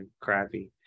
crappy